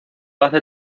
hace